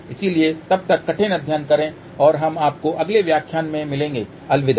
इसलिए तब तक कठिन अध्ययन करें और हम आपको अगले व्याख्यान में देखेंगे अलविदा